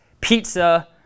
pizza